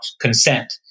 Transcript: consent